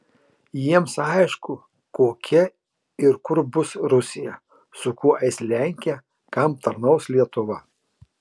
jiems aišku kokia ir kur bus rusija su kuo eis lenkija kam tarnaus lietuva